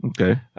okay